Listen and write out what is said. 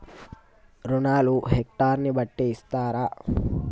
రుణాలు హెక్టర్ ని బట్టి ఇస్తారా?